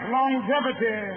Longevity